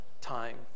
time